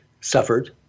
suffered